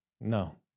No